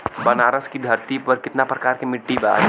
बनारस की धरती पर कितना प्रकार के मिट्टी बा?